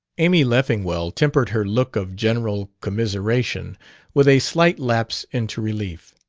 amy leffingwell tempered her look of general commiseration with a slight lapse into relief.